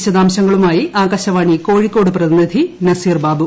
വിശദാംശങ്ങളുമായി ആകാശവാണി കോഴിക്കോട് പ്രതിനിധി നസീർബാബൂ